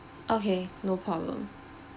okay no problem